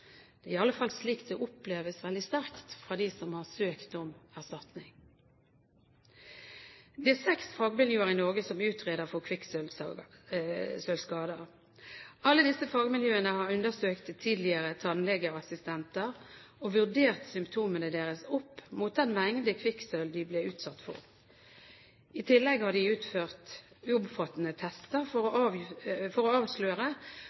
Det er i alle fall slik det oppleves – veldig sterkt – fra dem som har søkt om erstatning. Det er seks fagmiljøer i Norge som utreder for kvikksølvskader. Alle disse fagmiljøene har undersøkt tidligere tannlegeassistenter og vurdert symptomene deres opp mot den mengde kvikksølv de ble utsatt for. I tillegg har de utført omfattende tester for å avsløre